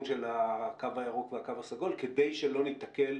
של הקו הירוק והקו הסגול כדי שלא ניתקל,